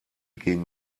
gegen